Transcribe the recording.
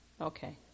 Okay